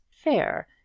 fair